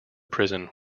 prison